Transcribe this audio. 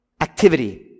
activity